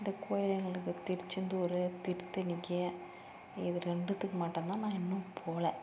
இந்தக் கோயிலுகளுக்கு திருசெந்தூர் திருத்தணிக்கு இது ரெண்டுத்துக்கும் மட்டும்தான் நான் இன்னும் போகல